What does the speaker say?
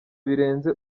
birenze